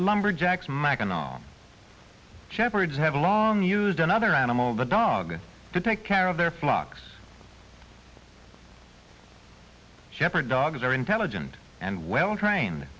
lumberjack smack and all shepherds have long used another animal the dog to take care of their flocks shepherd dogs are intelligent and well trained